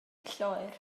lloer